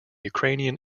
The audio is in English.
ukrainian